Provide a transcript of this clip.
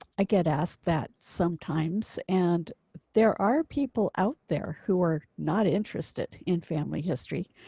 i get asked that sometimes. and there are people out there who are not interested in family history.